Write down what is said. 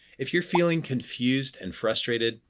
if you're feeling confused and frustrated,